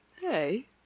Hey